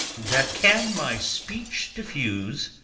that can my speech defuse,